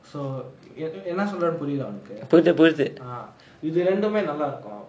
so என்ன சொல்றேன்னு புரிதா உனக்கு:enna solraenu purithaa unakku uh இது ரெண்டுமே நல்லாருக்கும்:ithu rendumae nallaarukkum